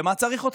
למה צריך אתכם?